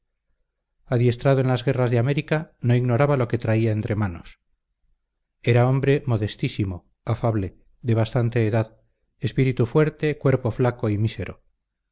adiestrado en las guerras de américa no ignoraba lo que traía entre manos era hombre modestísimo afable de bastante edad espíritu fuerte cuerpo flaco y mísero